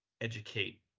educate